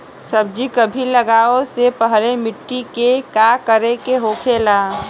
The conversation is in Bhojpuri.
सब्जी कभी लगाओ से पहले मिट्टी के का करे के होखे ला?